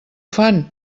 fan